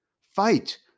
Fight